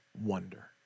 wonder